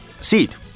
seat